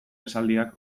esaldiak